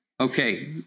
Okay